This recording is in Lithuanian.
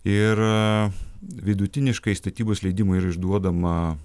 ir vidutiniškai statybos leidimų ir išduodama